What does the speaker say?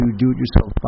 do-it-yourself